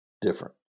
different